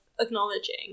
acknowledging